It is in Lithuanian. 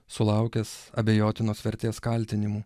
sulaukęs abejotinos vertės kaltinimų